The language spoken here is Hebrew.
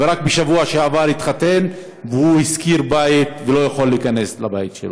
ורק בשבוע שעבר הוא התחתן והוא שכר בית ולא יכול להיכנס לבית שלו.